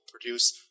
produce